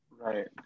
Right